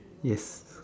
yes